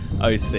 OC